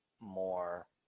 more